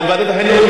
גם ועדת החינוך,